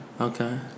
Okay